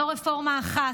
זו רפורמה אחת: